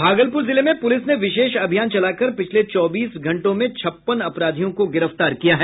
भागलपुर जिले में पुलिस ने विशेष अभियान चलाकर पिछले चौबीस घंटों में छप्पन अपराधियों को गिरफ्तार किया है